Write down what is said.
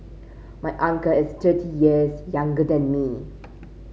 my uncle is thirty years younger than me